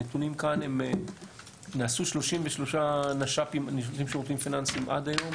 הנתונים כאן הם שנעשו פעולות ב-33 נש"פים עד היום.